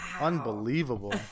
Unbelievable